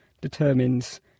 determines